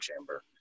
chamber